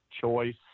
choice